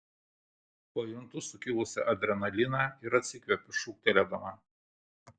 pajuntu sukilusį adrenaliną ir atsikvepiu šūktelėdama